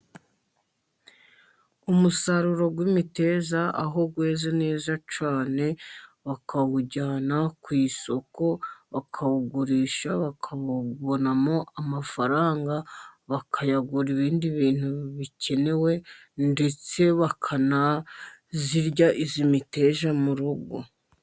Umusaruro w'imiteja aho weze neza cyane, bakawujyana ku isoko bakawugurisha bakawubonamo amafaranga bakayagura ibindi bintu bikenewe, ndetse bakanayirya iyi miteja mu rugo.